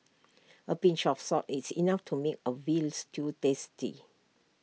A pinch of salt is enough to make A Veal Stew tasty